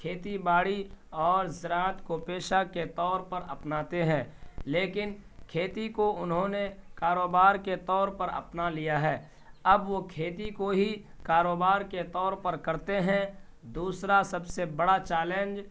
کھیتی باڑی اور ذراعت کو پیشہ کے طور پر اپناتے ہیں لیکن کھیتی کو انہوں نے کاروبار کے طور پر اپنا لیا ہے اب وہ کھیتی کو ہی کاروبار کے طور پر کرتے ہیں دوسرا سب سے بڑا چیلنج